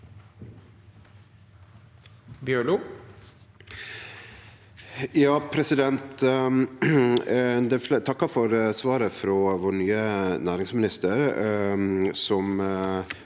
takkar for svar- et frå vår nye næringsminister,